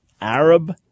Arab